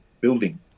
building